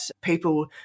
people